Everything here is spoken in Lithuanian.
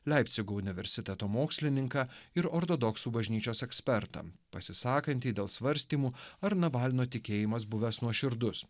leipcigo universiteto mokslininką ir ortodoksų bažnyčios ekspertą pasisakantį dėl svarstymų ar navalno tikėjimas buvęs nuoširdus